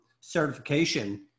certification